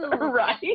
Right